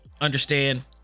understand